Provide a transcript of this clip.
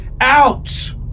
out